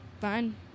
Fine